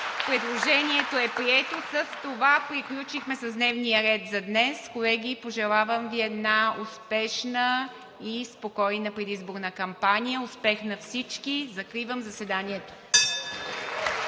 Предложението е прието. С това приключихме дневния ред. Колеги, пожелавам Ви една успешна и спокойна предизборна кампания. Успех на всички! Закривам заседанието.